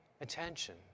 attention